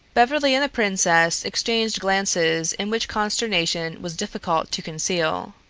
beverly and the princess exchanged glances in which consternation was difficult to conceal.